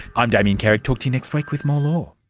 i'm damien carrick, talk to you next week with more law